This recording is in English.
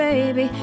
Baby